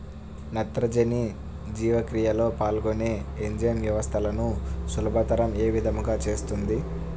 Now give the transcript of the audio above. నత్రజని జీవక్రియలో పాల్గొనే ఎంజైమ్ వ్యవస్థలను సులభతరం ఏ విధముగా చేస్తుంది?